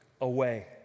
away